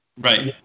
Right